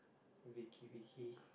Vicky Vicky